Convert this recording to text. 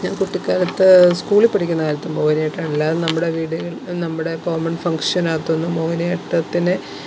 ഞാൻ കുട്ടിക്കാലത്ത് സ്കൂളിൽ പഠിക്കുന്ന കാലത്തും മോഹിനിയാട്ടം അല്ലാതെ നമ്മുടെ വീടുകളിൽ നമ്മുടെ കോമൺ ഫങ്ഷനകത്തുനിന്നു മോഹിനിയാട്ടത്തിനെ